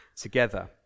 together